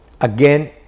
again